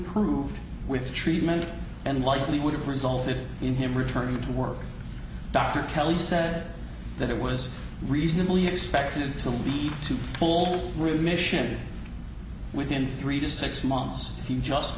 improved with treatment and likely would have resulted in him returning to work dr kelly said that it was reasonably expected to lead to full remission within three to six months he just